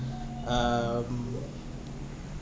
um